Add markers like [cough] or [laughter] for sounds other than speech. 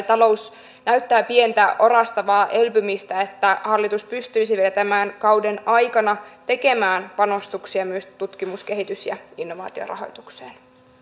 [unintelligible] talous näyttää pientä orastavaa elpymistä niin hallitus pystyisi vielä tämän kauden aikana tekemään panostuksia myös tutkimus kehitys ja innovaatiorahoitukseen